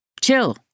chill